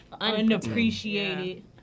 unappreciated